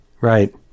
Right